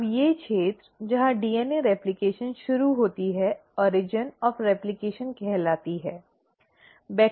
अब ये क्षेत्र जहाँ डीएनए रेप्लकेशन शुरू होती है origin of replication कहलाती है ठीक है